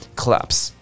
collapse